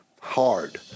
Hard